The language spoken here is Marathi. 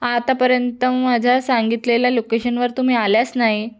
आतापर्यंत माझ्या सांगितलेल्या लोकेशनवर तुम्ही आल्याच नाही